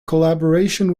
collaboration